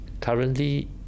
currently